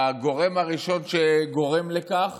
הגורם הראשון שגורם לכך